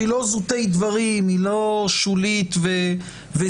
שהיא לא זוטי דברים, היא לא שולית וזניחה.